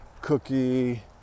cookie